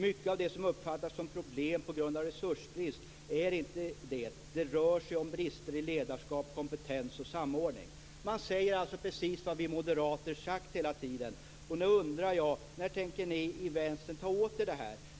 Mycket av det som uppfattas som problem på grund av resursbrist är inte det. Det rör sig om brister i ledarskap, kompetens och samordning. Man säger alltså precis det vi moderater sagt hela tiden. Nu undrar jag: När tänker ni i Vänstern ta åt er det här?